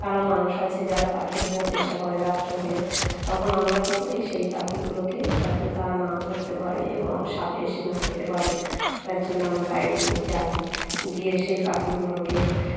খারাপ মানুষ আছে যারা পাখি ধরার চেষ্টা করে রাত্রে হলে তখন আমরা কী করি সেই পাখিগুলোকে যাতে তারা না ধরতে পারে এবং সাপে এসে না খেতে পারে তার জন্য আমি লাইট নিয়ে যাই গিয়ে সেই পাখিগুলোকে